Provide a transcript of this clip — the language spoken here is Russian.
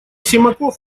симаков